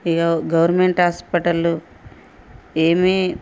ఇక government hospital ఏమీ